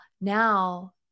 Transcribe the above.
now –